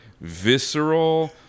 visceral